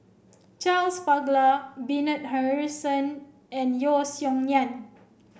Charles Paglar Bernard Harrison and Yeo Song Nian